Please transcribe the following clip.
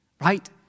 right